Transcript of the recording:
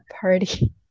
party